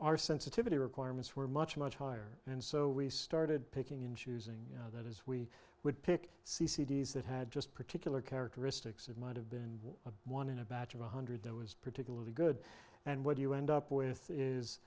our sensitivity requirements were much much higher and so we started picking and choosing that is we would pick c d s that had just particular characteristics it might have been a one in a batch of one hundred that was particularly good and what do you end up with is